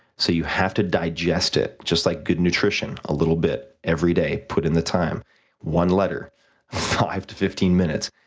so you have to digest it, just like good nutrition, a little bit every day put in the time one letter five to fifteen minutes.